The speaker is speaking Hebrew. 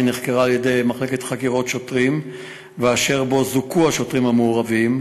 שנחקר על-ידי המחלקה לחקירות שוטרים ואשר בו זוכו השוטרים המעורבים,